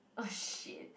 oh shit